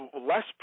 less